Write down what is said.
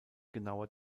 genauer